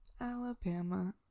Alabama